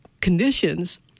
conditions